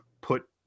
put